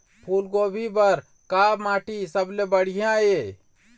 फूलगोभी बर का माटी सबले सबले बढ़िया ये?